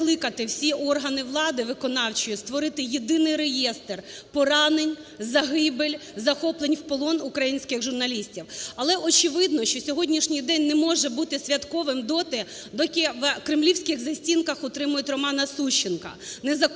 виконавчої створити єдиний реєстр поранень, загибель, захоплень в полон українських журналістів. Але очевидно, що сьогоднішній день не може бути святковим доти, доки в кремлівських застінках утримують Романа Сущенка,